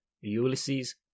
ulysses